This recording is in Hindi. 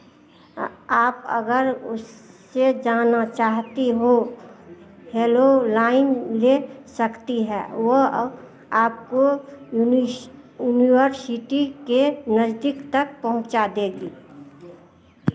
आप अगर उससे जाना चाहती हो हेलो लाइन ले सकती है वह आपको उस उनीवरसिटी के नज़दीक तक पहुँचा देगी